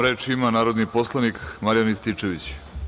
Reč ima narodni poslanik Marijan Rističević.